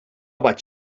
vaig